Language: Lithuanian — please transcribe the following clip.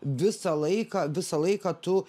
visą laiką visą laiką tu